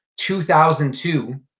2002